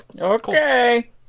Okay